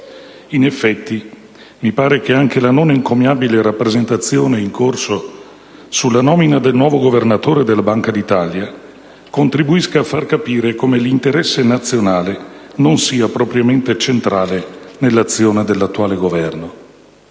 In effetti, mi pare che anche la non encomiabile rappresentazione in corso sulla nomina del nuovo Governatore della Banca d'Italia contribuisca a far capire come l'interesse nazionale non sia propriamente centrale nell'azione dell'attuale Governo.